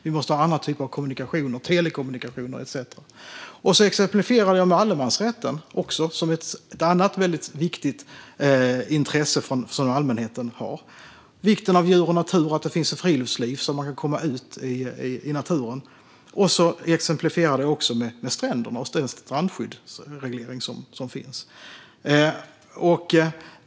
Vi måste ha andra typer av kommunikationer, som telekommunikation etcetera. Jag exemplifierade också med allemansrätten som ett annat viktigt intresse som allmänheten har - vikten av djur och natur och att det finns ett friluftsliv så att människor kan komma ut i naturen. Jag exemplifierade även med stränderna och den strandskyddsreglering som finns.